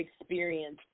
experience